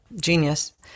Genius